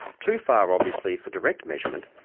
too far obviously for direct measurement.